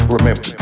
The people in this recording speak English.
Remember